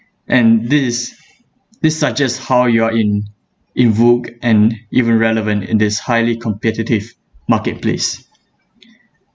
and this is this such as how you're in evoke and even relevant in this highly competitive marketplace